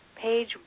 Page